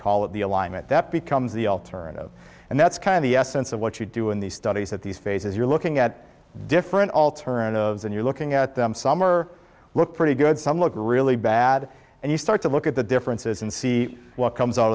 it the alignment that becomes the alternative and that's kind of the essence of what you do in these studies at these phases you're looking at different alternatives and you're looking at them some are look pretty good some look really bad and you start to look at the differences and see what comes out